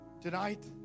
tonight